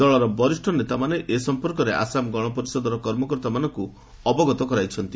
ଦଳର ବରିଷ୍ଣ ନେତାମାନେ ଏ ସଂପର୍କରେ ଆସାମ ଗଣପରିଷଦର କର୍ମକର୍ତ୍ତାମାନଙ୍କୁ ଅବଗତ କରାଇଛନ୍ତି